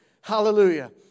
Hallelujah